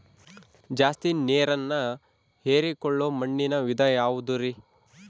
ಜಾಸ್ತಿ ನೇರನ್ನ ಹೇರಿಕೊಳ್ಳೊ ಮಣ್ಣಿನ ವಿಧ ಯಾವುದುರಿ?